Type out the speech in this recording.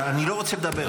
אני לא רוצה לדבר.